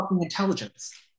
intelligence